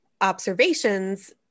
observations